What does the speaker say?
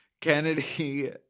kennedy